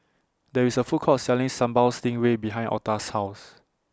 There IS A Food Court Selling Sambal Stingray behind Octa's House